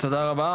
תודה רבה,